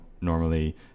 normally